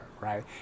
right